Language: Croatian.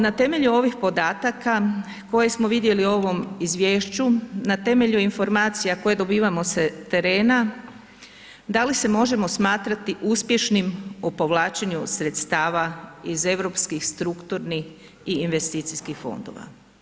Na temelju ovih podataka koje smo vidjeli u ovom izvješću, na temelju informacija koje dobivamo sa terena, da li se možemo smatrati uspješnim u povlačenju sredstava iz Europskih strukturnih i investicijskih fondova?